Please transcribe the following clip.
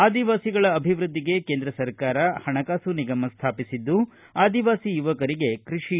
ಆದಿವಾಸಿಗಳ ಅಭಿವೃದ್ಧಿಗೆ ಕೇಂದ್ರ ಸರ್ಕಾರ ಹಣಕಾಸು ನಿಗಮ ಸ್ಥಾಪಿಸಿದ್ದು ಆದಿವಾಸಿ ಯುವಕರಿಗೆ ಕೃಷಿ